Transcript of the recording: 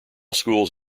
schools